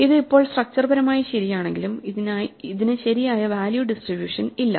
ഇത് ഇപ്പോൾ സ്ട്രക്ച്ചർ പരമായി ശരിയാണെങ്കിലും ഇതിന് ശരിയായ വാല്യൂ ഡിസ്ട്രിബ്യുഷൻ ഇല്ല